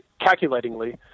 calculatingly